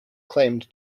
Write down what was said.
claimed